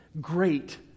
great